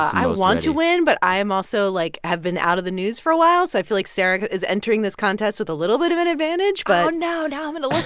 i want to win. but i am also like, have been out of the news for a while. so i feel like sarah is entering this contest with a little bit of an advantage but. oh, no. now i'm going to look